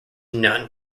nun